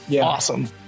awesome